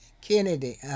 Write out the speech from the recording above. Kennedy